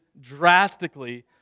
drastically